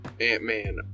Ant-Man